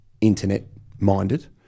internet-minded